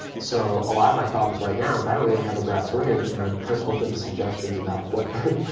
so a lot of my problem right now is i don't really have a brass ring and i'm kind of open to suggestions about what,